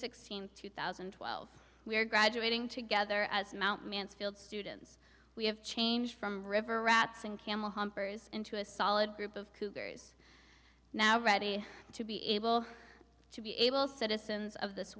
sixteenth two thousand and twelve we are graduating together as mt mansfield students we have change from river rats and camel humpers into a solid group of cougars now ready to be able to be able citizens of this